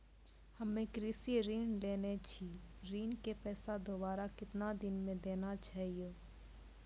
हम्मे कृषि ऋण लेने छी ऋण के पैसा दोबारा कितना दिन मे देना छै यो?